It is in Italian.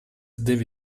deve